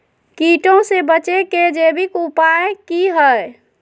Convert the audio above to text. कीटों से बचे के जैविक उपाय की हैय?